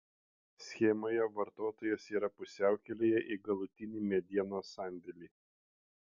schemoje vartotojas yra pusiaukelėje į galutinį medienos sandėlį